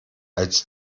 als